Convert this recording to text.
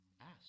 Ask